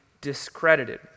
discredited